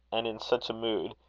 and in such a mood,